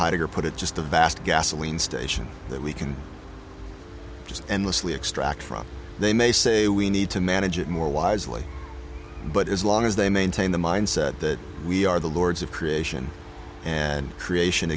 heidegger put it just a vast gasoline station that we can endlessly extract from they may say we need to manage it more wisely but as long as they maintain the mindset that we are the lords of creation and creation